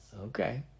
Okay